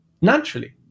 naturally